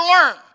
learn